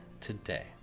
today